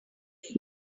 heavy